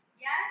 Yes